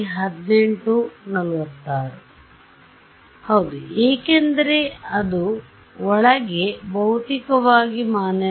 ಹೌದು ಏಕೆಂದರೆ ಅದು ಒಳಗೆ ಭೌತಿಕವಾಗಿ ಮಾನ್ಯವಾಗಿಲ್ಲ